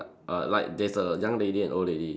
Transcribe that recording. err like there's a young lady and old lady